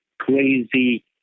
crazy